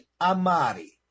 Amari